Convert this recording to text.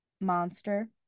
Monster